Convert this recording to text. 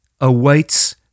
awaits